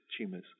tumors